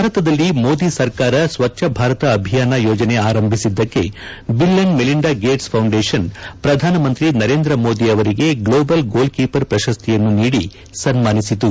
ಭಾರತದಲ್ಲಿ ಮೋದಿ ಸರ್ಕಾರ ಸ್ವಚ್ಲ ಭಾರತ ಅಭಿಯಾನ ಯೋಜನೆ ಆರಂಭಿಸಿದ್ದಕ್ಕೆ Bill and Melinda Gates Foundation ಪ್ರಧಾನಮಂತ್ರಿ ನರೇಂದ್ರ ಮೋದಿ ಅವರಿಗೆ ಗ್ಲೋಬಲ್ ಗೋಲ್ ಕೀಪರ್ ಪ್ರಶಸ್ತಿಯನ್ನು ನೀಡಿ ಸನ್ಮಾನಿಸಿತು